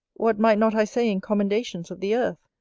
what might not i say in commendations of the earth?